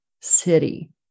city